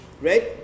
Right